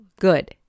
good